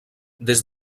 des